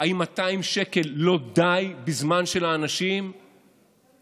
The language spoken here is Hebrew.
האם לא די ב-200 שקל בזמן שלאנשים אין